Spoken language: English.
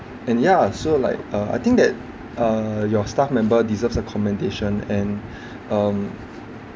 and ya so like uh I think that uh your staff member deserves a commendation and um